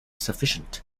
sufficient